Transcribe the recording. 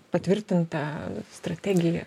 patvirtinta strategija